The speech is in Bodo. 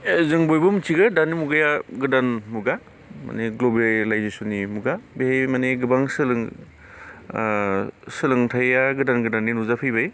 जों बयबो मिथिगौ दानि मुगाया गोदान मुगा माने ग्ल'बेलायजेसननि मुगा बे माने गोबां सोलों सोलोंथाया गोदान गोदाननि नुजाफैबाय